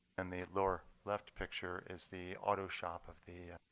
and the lower left picture is the autoshop of the